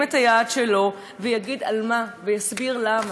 את היד שלו ויגיד על מה ויסביר למה.